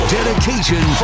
Dedication